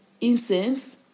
incense